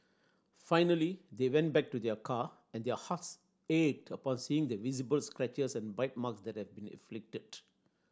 finally they went back to their car and their hearts ached upon seeing the visible scratches and bite mark that had been inflicted